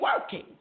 working